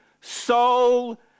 soul